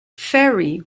ferry